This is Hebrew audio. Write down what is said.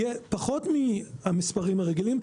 יהיה פחות מהמספרים הרגילים.